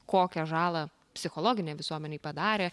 kokią žalą psichologinę visuomenei padarė